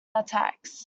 attacks